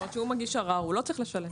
כלומר, כשהוא מגיש ערר, הוא לא צריך לשלם.